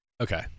Okay